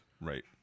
Right